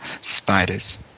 Spiders